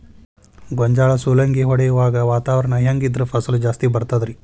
ಗೋಂಜಾಳ ಸುಲಂಗಿ ಹೊಡೆಯುವಾಗ ವಾತಾವರಣ ಹೆಂಗ್ ಇದ್ದರ ಫಸಲು ಜಾಸ್ತಿ ಬರತದ ರಿ?